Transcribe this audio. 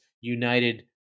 United